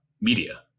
media